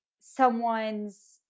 someone's